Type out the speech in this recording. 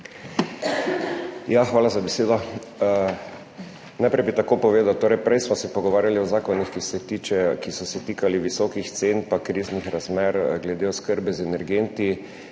Hvala za besedo. Najprej bi tako povedal, prej smo se pogovarjali o zakonih, ki so se tikali visokih cen pa kriznih razmer glede oskrbe z energenti,